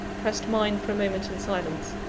pressed mine for a moment in silence,